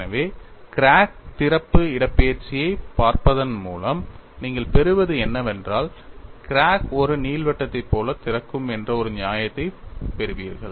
எனவே கிராக் திறப்பு இடப்பெயர்ச்சியைப் பார்ப்பதன் மூலம் நீங்கள் பெறுவது என்னவென்றால் கிராக் ஒரு நீள்வட்டத்தைப் போல திறக்கும் என்ற ஒரு நியாயத்தைப் பெறுவீர்கள்